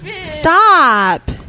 Stop